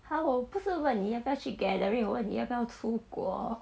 !huh! 我不是问你要不要去 gathering 我问你要不要出国